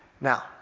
Now